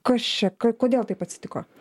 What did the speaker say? kas čia kodėl taip atsitiko